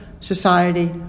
society